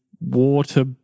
water